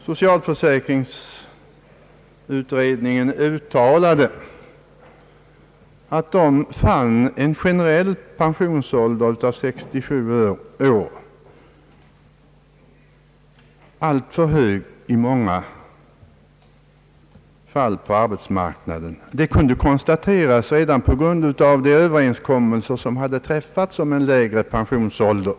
Socialförsäkringsutredningen uttalade att man fann en generell pensionsålder av 67 år vara alltför hög i många fall på arbetsmarknaden. Det kunde konstateras redan på grundval av de överenskommelser som hade träffats om en lägre pensionsålder.